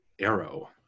arrow